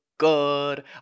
good